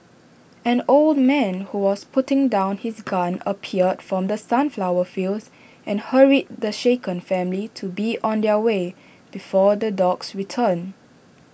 an old man who was putting down his gun appeared from the sunflower fields and hurried the shaken family to be on their way before the dogs return